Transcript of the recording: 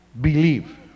believe